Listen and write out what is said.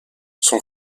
son